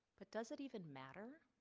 but does it even matter?